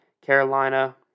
Carolina